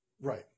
Right